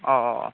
ꯑꯧ ꯑꯧ ꯑꯧ